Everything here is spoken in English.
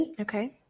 Okay